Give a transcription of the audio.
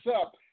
up